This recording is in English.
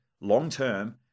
long-term